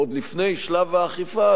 עוד לפני שלב האכיפה,